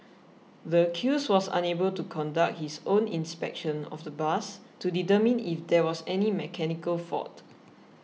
the accused was unable to conduct his own inspection of the bus to determine if there was any mechanical fault